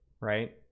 right